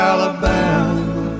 Alabama